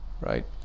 Right